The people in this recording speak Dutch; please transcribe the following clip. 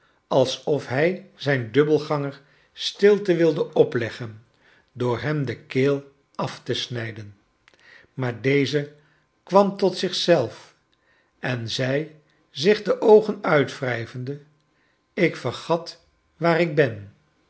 alsof hij zijn dubbelganger stilte wilde opleggen door hem de keel af te snijden maar deze kwam tot zich zelf en zei zich de oogen uitwrijvende ik vergat waar ik ben